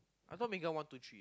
I thought Megan one two three